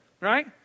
right